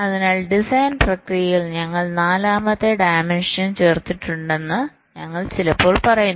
അതിനാൽ ഡിസൈൻ പ്രക്രിയയിൽ ഞങ്ങൾ നാലാമത്തെ ഡയമെൻഷൻ ചേർത്തിട്ടുണ്ടെന്ന് ഞങ്ങൾ ചിലപ്പോൾ പറയുന്നു